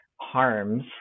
harms